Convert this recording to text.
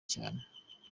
cyane